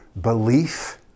belief